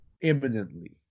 imminently